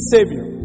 Savior